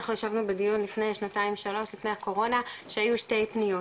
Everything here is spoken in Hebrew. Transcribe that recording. אנחנו ישבנו בדיון לפני שנתיים שלוש לפני הקורונה שהיו שתי פניות,